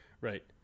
Right